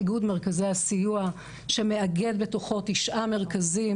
איגוד מרכזי הסיוע שמאגד בתוכו תשעה מרכזים,